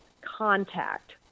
contact